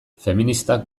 feministak